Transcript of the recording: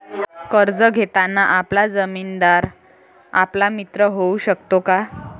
कर्ज घेताना आपला जामीनदार आपला मित्र होऊ शकतो का?